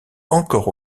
encore